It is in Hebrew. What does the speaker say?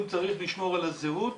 אם צריך לשמור על הזהות,